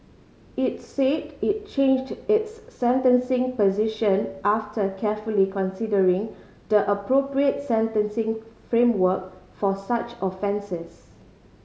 it said it changed its sentencing position after carefully considering the appropriate sentencing framework for such offences